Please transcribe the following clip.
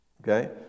Okay